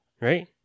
right